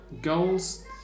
Goals